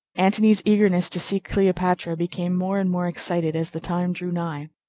antony's eagerness to see cleopatra became more and more excited as the time drew nigh.